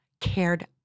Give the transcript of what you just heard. cared